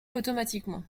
automatiquement